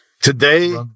today